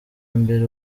mbere